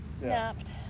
napped